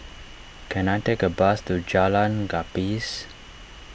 can I take a bus to Jalan Gapis